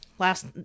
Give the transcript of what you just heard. Last